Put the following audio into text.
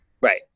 Right